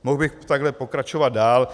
Mohl bych takhle pokračovat dál.